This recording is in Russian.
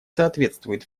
соответствует